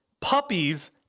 Puppies